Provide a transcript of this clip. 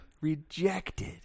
Rejected